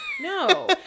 no